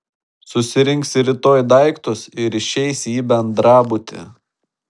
susirinksi rytoj daiktus ir išeisi į bendrabutį